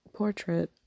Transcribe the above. portrait